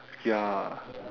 ya